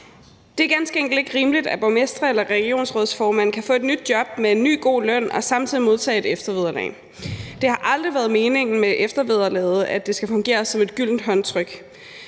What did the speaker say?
Det er ganske enkelt ikke rimeligt, at borgmestre eller regionsrådsformænd kan få et nyt job med en ny god løn og samtidig modtage et eftervederlag. Det har aldrig været meningen med eftervederlaget, at det skal fungere som et gyldent håndtryk.